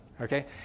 Okay